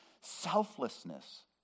selflessness